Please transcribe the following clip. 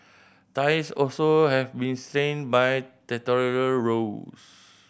ties also have been strained by territorial rows